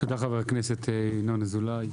תודה חה"כ ינון אזולאי.